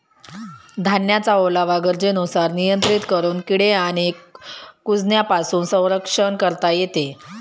धान्याचा ओलावा गरजेनुसार नियंत्रित करून किडे आणि कुजण्यापासून संरक्षण करता येते